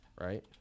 right